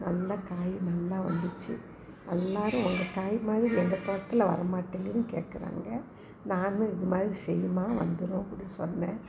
நல்லா காய் நல்லா வந்துச்சு எல்லோரும் உங்க காய் மாதிரி எங்கள் தோட்டத்தில் வரமாட்டேங்குதுன்னு கேட்குறாங்க நானும் இது மாதிரி செய்யும்மா வந்துடும் அப்பிடின்னு சொன்னேன்